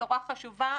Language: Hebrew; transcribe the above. בשורה חשובה.